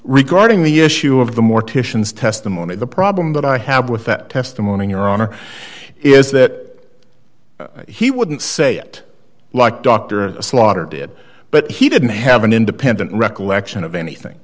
regarding the issue of the morticians testimony the problem that i have with that testimony your honor is that he wouldn't say it like dr slaughter did but he didn't have an independent recollection of anything